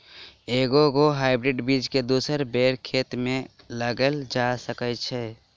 एके गो हाइब्रिड बीज केँ दोसर बेर खेत मे लगैल जा सकय छै?